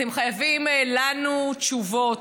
אתם חייבים לנו תשובות.